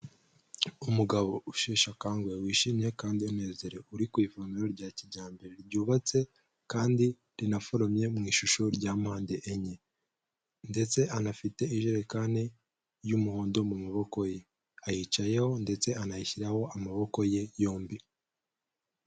Umugabo usheshe akanguwe wishimye kandi unezerewe, uri ku ivomero rya kijyambere ryubatse kandi rinaforomye mu ishusho rya mpande enye ndetse anafite ijerekani y'umuhondo mu maboko ye, ayicayeho ndetse anayishyiraho amaboko ye yombi.